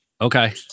Okay